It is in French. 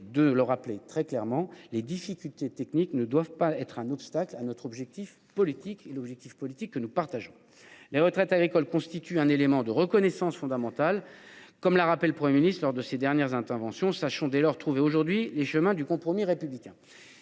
donc rappeler très clairement que les difficultés techniques ne doivent pas être un obstacle à l’objectif politique que nous partageons. Les retraites agricoles constituent un élément de reconnaissance fondamental, comme l’a rappelé le Premier ministre lors de ses dernières interventions. Sachons trouver aujourd’hui les chemins du compromis républicain.